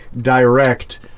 direct